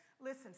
Listen